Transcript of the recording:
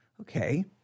okay